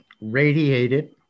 radiated